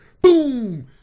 boom